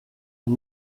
and